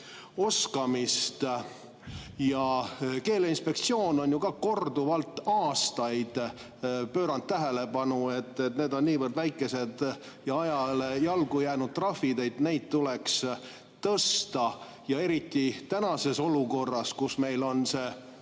oskamist. Keeleinspektsioon on ju ka korduvalt, aastaid pööranud tähelepanu, et need on niivõrd väikesed ja ajale jalgu jäänud trahvid, et neid tuleks tõsta, eriti tänases olukorras, kus meil on